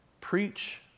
Preach